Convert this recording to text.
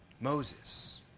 Moses